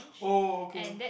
oh okay